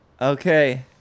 Okay